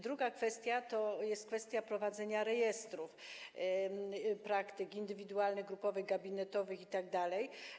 Druga kwestia to kwestia prowadzenia rejestrów praktyk indywidualnych, grupowych, gabinetowych itd.